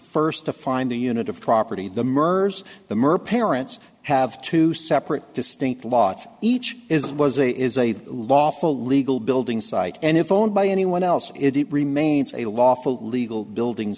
first to find a unit of property the murders the murder parents have two separate distinct lots each is was a is a lawful legal building site and if own by anyone else it remains a lawful legal building